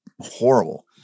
horrible